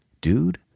dude